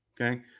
okay